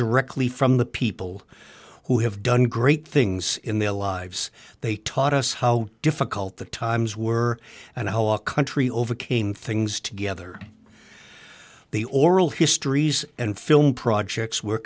directly from the people who have done great things in their lives they taught us how difficult the times were and how a country overcame things together the oral histories and film projects were